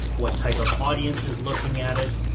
what type of audience is looking at it?